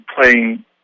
playing